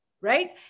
right